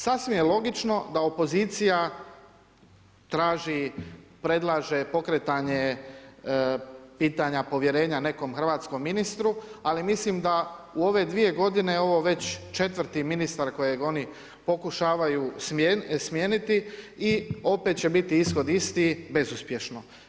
Sasvim je logično da opozicija, traži, predlaže pokretanje pitanje povjerenja nekom hrvatskom ministru, ali mislim da u ove dvije g. ovo je već 4 ministar kojeg oni pokušavaju smijeniti i opet će biti ishod isti, bezuspješno.